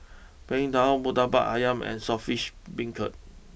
Png Tao Murtabak Ayam and Saltish Beancurd